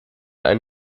ein